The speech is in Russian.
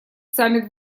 саммит